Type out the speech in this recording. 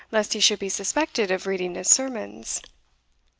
lest he should be suspected of reading his sermons.